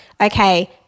okay